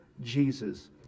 Jesus